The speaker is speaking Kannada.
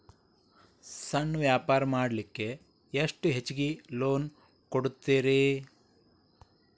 ಸಣ್ಣ ವ್ಯಾಪಾರ ಮಾಡ್ಲಿಕ್ಕೆ ಎಷ್ಟು ಹೆಚ್ಚಿಗಿ ಲೋನ್ ಕೊಡುತ್ತೇರಿ?